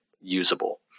usable